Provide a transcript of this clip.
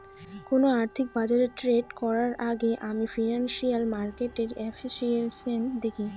কোন আর্থিক বাজারে ট্রেড করার আগেই আমি ফিনান্সিয়াল মার্কেটের এফিসিয়েন্সি দেখি